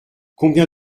combien